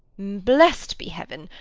blessed be heaven!